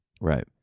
Right